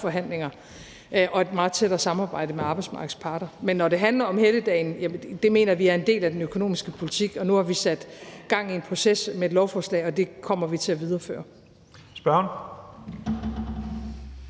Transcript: trepartsforhandlinger og et meget tættere samarbejde med arbejdsmarkedets parter. Men når det handler om helligdagen, så mener vi, at det er en del af den økonomiske politik, og nu har vi sat gang i en proces med et lovforslag, og det kommer vi til at videreføre. Kl.